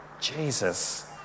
Jesus